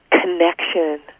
connection